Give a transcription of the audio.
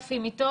4,000 מיטות,